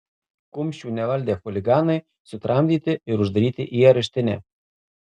kumščių nevaldę chuliganai sutramdyti ir uždaryti į areštinę